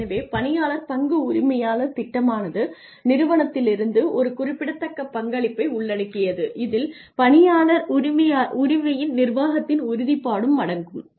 எனவே பணியாளர் பங்கு உரிமையாளர் திட்டமானது நிறுவனத்திலிருந்து ஒரு குறிப்பிடத்தக்கப் பங்களிப்பை உள்ளடக்கியது இதில் பணியாளர் உரிமையின் நிர்வாகத்தின் உறுதிப்பாடும் அடங்கும்